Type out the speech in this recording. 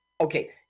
okay